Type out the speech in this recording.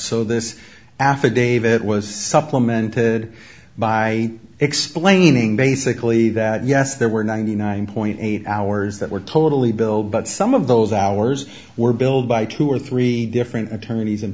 so this affidavit was supplemented by explaining basically that yes there were ninety nine point eight hours that were totally billed but some of those hours were billed by two or three different attorneys